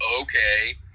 okay